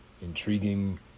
intriguing